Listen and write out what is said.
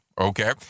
Okay